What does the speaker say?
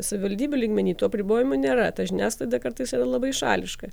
savivaldybių lygmenyje tų apribojimų nėra ta žiniasklaida kartais yra labai šališka